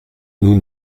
nous